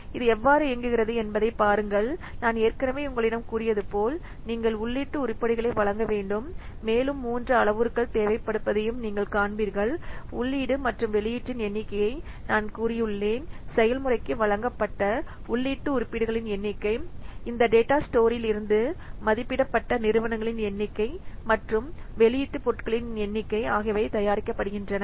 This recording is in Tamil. இது எவ்வாறு இயங்குகிறது என்பதைப் பாருங்கள் நான் ஏற்கனவே உங்களிடம் கூறியது போல் நீங்கள் உள்ளீட்டு உருப்படிகளை வழங்க வேண்டும் மேலும் மூன்று அளவுருக்கள் தேவைப்படுவதையும் நீங்கள் காண்பீர்கள் உள்ளீட்டு மற்றும் வெளியீட்டின் எண்ணிக்கையை நான் கூறியுள்ளேன் செயல்முறைக்கு வழங்கப்பட்ட உள்ளீட்டு உருப்படிகளின் எண்ணிக்கை இந்த டேட்டா ஸ்டோர்லிருந்து மதிப்பிடப்பட்ட நிறுவனங்களின் எண்ணிக்கை மற்றும் வெளியீட்டு பொருட்களின் எண்ணிக்கை ஆகியவை தயாரிக்கப்படுகின்றன